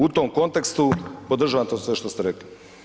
U tom kontekstu podržavam to sve što ste rekli.